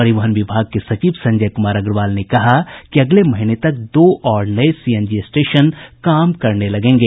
परिवहन विभाग के सचिव संजय कुमार अग्रवाल ने कहा कि अगले महीने तक दो और नये सीएनजी स्टेशन काम करने लगेंगे